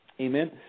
amen